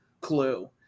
clue